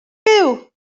byw